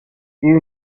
you